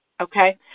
Okay